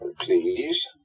Please